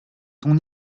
ton